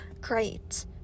great